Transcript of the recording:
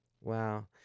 Wow